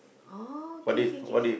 oh K K K